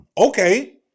Okay